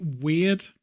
weird